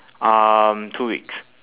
um two weeks